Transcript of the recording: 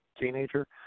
teenager